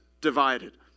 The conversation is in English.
divided